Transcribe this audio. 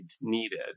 needed